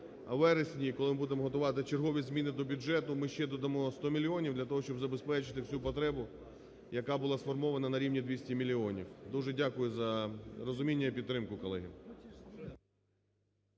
У вересні, коли ми будемо готувати чергові зміни до бюджету, ми ще додамо 100 мільйонів для того, щоб забезпечити всю потребу, яка була сформована на рівні 200 мільйонів. Дуже дякую за розуміння і підтримку, колеги.